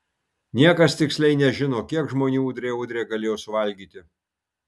niekas tiksliai nežino kiek žmonių udre udre galėjo suvalgyti